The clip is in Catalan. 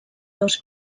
dos